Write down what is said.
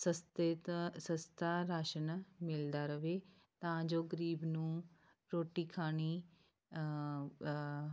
ਸਸਤੇ ਤੋਂ ਸਸਤਾ ਰਾਸ਼ਨ ਮਿਲਦਾ ਰਹੇ ਤਾਂ ਜੋ ਗਰੀਬ ਨੂੰ ਰੋਟੀ ਖਾਣੀ